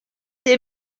des